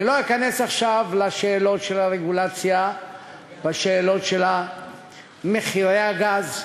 אני לא אכנס עכשיו לשאלות של הרגולציה ולשאלות של מחירי הגז,